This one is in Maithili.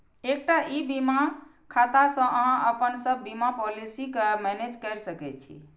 एकटा ई बीमा खाता सं अहां अपन सब बीमा पॉलिसी कें मैनेज कैर सकै छी